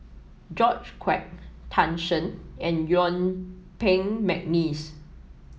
George Quek Tan Shen and Yuen Peng McNeice